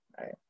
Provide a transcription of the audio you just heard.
right